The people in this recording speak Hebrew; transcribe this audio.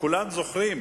וכולם זוכרים